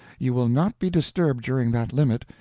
you will not be disturbed during that limit,